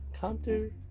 counter